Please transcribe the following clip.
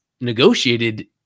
negotiated